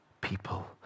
people